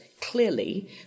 Clearly